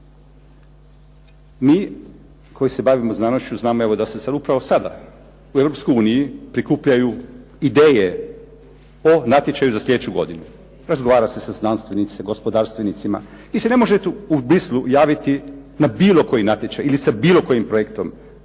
Mi koji se bavimo znanošću znamo da se upravo sada u Europskoj uniji prikupljaju ideje o natječaju za slijedeću godinu. Razgovara se sa znanstvenicima, gospodarstvenicima. Vi si ne možete u Bruxellesu javiti na bilo koji natječaj ili sa bilo kojim projektom,